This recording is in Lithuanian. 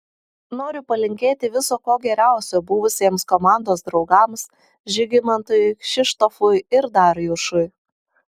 noriu palinkėti viso ko geriausio buvusiems komandos draugams žygimantui kšištofui ir darjušui